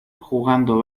jugando